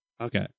Okay